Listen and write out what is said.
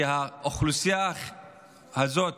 כי האוכלוסייה הזאת